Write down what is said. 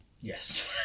Yes